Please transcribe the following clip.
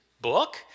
book